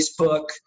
Facebook